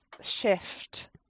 shift